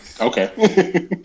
okay